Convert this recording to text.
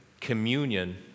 communion